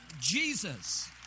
Jesus